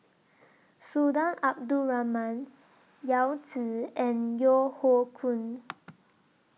Sultan Abdul Rahman Yao Zi and Yeo Hoe Koon